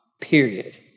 period